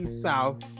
South